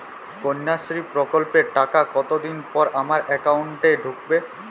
কন্যাশ্রী প্রকল্পের টাকা কতদিন পর আমার অ্যাকাউন্ট এ ঢুকবে?